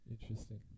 Interesting